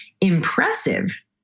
Impressive